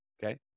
Okay